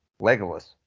Legolas